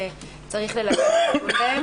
שצריך ללבן אותן.